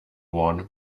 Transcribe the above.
one